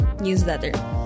newsletter